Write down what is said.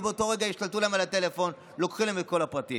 ובאותו רגע השתלטו להם על הטלפון ולוקחים מהם את כל הפרטים.